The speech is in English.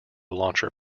launcher